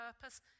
purpose